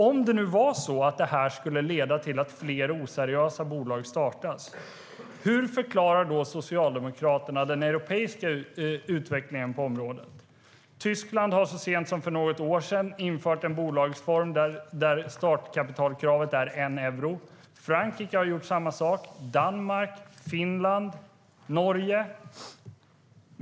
Om det var så att detta skulle leda till att fler oseriösa bolag startas, hur förklarar då Socialdemokraterna den europeiska utvecklingen på området? Tyskland har så sent som för något år sedan infört en bolagsform där startkapitalkravet är 1 euro. Frankrike har gjort samma sak, liksom Danmark, Finland och Norge.